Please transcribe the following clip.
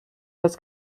was